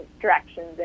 directions